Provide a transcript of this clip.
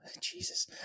Jesus